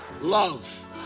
love